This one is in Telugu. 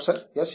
professor S